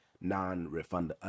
non-refundable